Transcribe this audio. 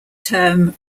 term